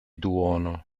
duono